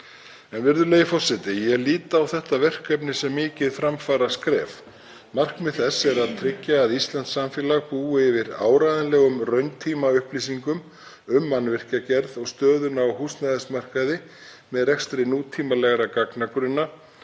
Virðulegi forseti. Ég lít á þetta verkefni sem mikið framfaraskref. Markmið þess er að tryggja að íslenskt samfélag búi yfir áreiðanlegum rauntímaupplýsingum um mannvirkjagerð og stöðuna á húsnæðismarkaði með rekstri nútímalegra gagnagrunna